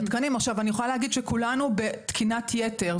עכשיו, אני יכולה להגיד שכולנו בתקינת יתר.